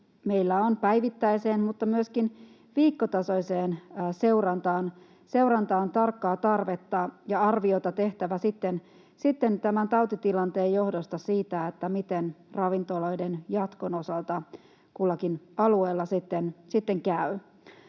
meillä on päivittäiseen mutta myöskin viikkotasoiseen seurantaan tarkkaa tarvetta ja tehtävä arviota tämän tautitilanteen johdosta siitä, miten ravintoloiden jatkon osalta kullakin alueella